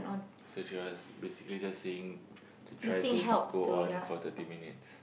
so she was basically just saying to try to go on for thirty minutes